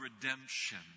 redemption